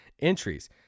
entries